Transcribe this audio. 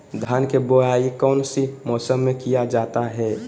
धान के बोआई कौन सी मौसम में किया जाता है?